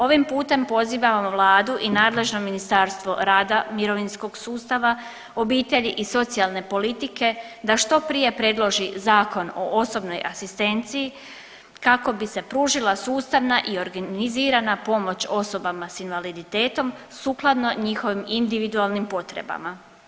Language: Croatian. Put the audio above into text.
Ovim putem pozivamo vladu i nadležno Ministarstvo rada, mirovinskog sustava, obitelji i socijalne politike da što prije predloži zakon o osobnoj asistenciji kako bi se pružila sustavna i organizirana pomoć osobama s invaliditetom sukladno njihovim individualnim potrebama.